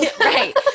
right